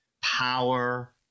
power